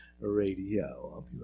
Radio